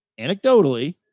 anecdotally